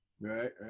right